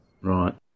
Right